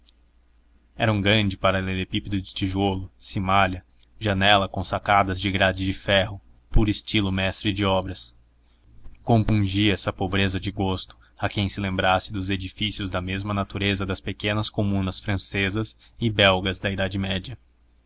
era um grande paralelepípedo de tijolo cimalha janela com sacadas de grade de ferro puro estilo mestre de obras compungia essa pobreza de gosto a quem se lembrasse dos edifícios da mesma natureza das pequenas comunas francesas e belgas da idade média